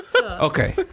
Okay